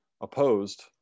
opposed